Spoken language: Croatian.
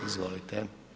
Izvolite.